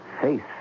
faith